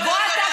בוא אתה,